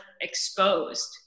exposed